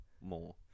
more